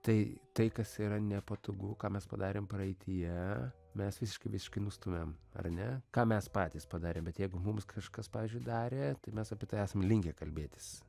tai tai kas yra nepatogu ką mes padarėm praeityje mes visiškai visiškai nustumiam ar ne ką mes patys padarėm bet jeigu mums kažkas pavyzdžiui darė tai mes apie tai esam linkę kalbėtis